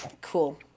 cool